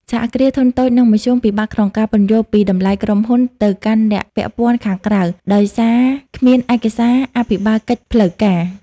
សហគ្រាសធុនតូច និងមធ្យម ពិបាកក្នុងការពន្យល់ពី "តម្លៃក្រុមហ៊ុន" ទៅកាន់អ្នកពាក់ព័ន្ធខាងក្រៅ ដោយសារគ្មានឯកសារអភិបាលកិច្ចផ្លូវការ។